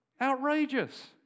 Outrageous